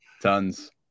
Tons